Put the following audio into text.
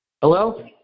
Hello